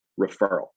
referral